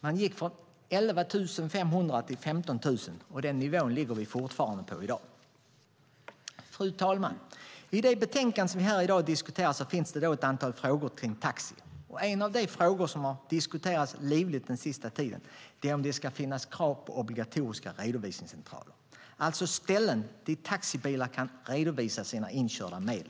Man gick från 11 500 till 15 000, och den nivån ligger vi på än i dag. Fru talman! I det betänkande vi i dag diskuterar finns det ett antal frågor kring taxi. En av de frågor som har diskuterats livligt under senare tid är om det ska finnas obligatoriska redovisningscentraler, alltså ställen där taxibilar redovisar sina inkörda medel.